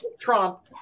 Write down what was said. Trump